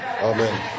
Amen